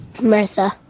Martha